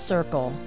Circle